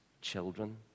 children